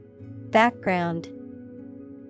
Background